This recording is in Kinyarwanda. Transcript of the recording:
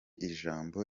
ijambo